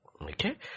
Okay